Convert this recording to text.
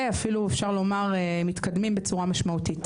ואפילו אפשר לומר שאנחנו מתקדמים בצורה משמעותית